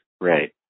Right